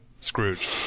Scrooge